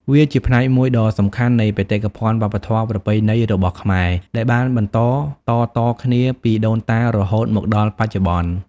វាជាផ្នែកមួយដ៏សំខាន់នៃបេតិកភណ្ឌវប្បធម៌ប្រពៃណីរបស់ខ្មែរ ដែលបានបន្តតៗគ្នាពីដូនតារហូតមកដល់បច្ចុប្បន្ន។